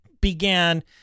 began